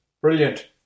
Brilliant